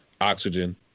Oxygen